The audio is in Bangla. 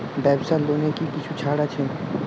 ব্যাবসার লোনে কি কিছু ছাড় আছে?